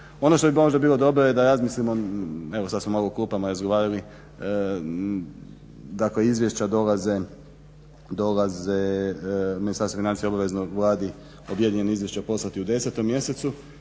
Ono što bi možda bilo dobro da razmislimo evo sada smo malo u klupama razgovarali dakle izvješća dolaze Ministarstva financija obavezno vladi objedinjena izvješća poslati u 10.mjesecu